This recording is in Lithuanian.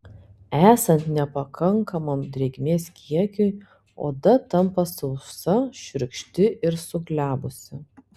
esant nepakankamam drėgmės kiekiui oda tampa sausa šiurkšti ir suglebusi